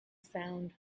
sound